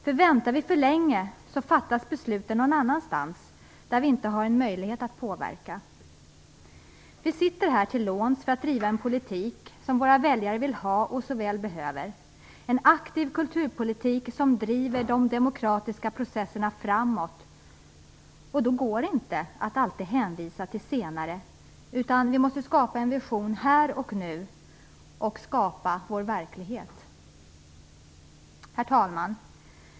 Om vi väntar för länge så fattas besluten någon annanstans, där vi inte har någon möjlighet att påverka. Vi sitter här till låns för att driva en politik som våra väljare vill ha och så väl behöver - en aktiv kulturpolitik som driver de demokratiska processerna framåt. Då går det inte alltid att hänvisa till senare, utan vi måste skapa en vision här och nu och skapa vår verklighet. Herr talman!